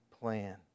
plan